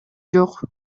жок